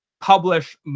publish